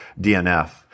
DNF